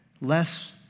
less